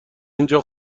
اینجا